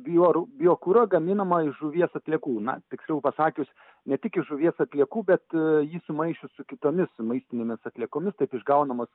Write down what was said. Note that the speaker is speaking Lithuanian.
biori biokurą gaminamą žuvies atliekų na tiksliau pasakius ne tik iš žuvies atliekų bet jį sumaišius su kitomis maistinėmis atliekomis taip išgaunamas